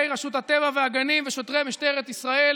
רשות הטבע והגנים ושוטרי משטרת ישראל